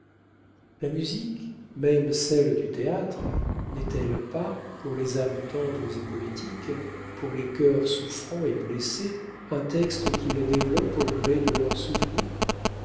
la musique même celle du théâtre n'est-elle pas pour les âmes tendres et poétiques pour les cœurs souffrants et blessés un texte qu'elles développent au gré de leurs souvenirs